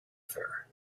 affair